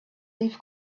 leaf